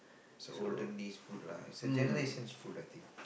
is a olden days food lah is a generations food I think